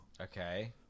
okay